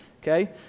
okay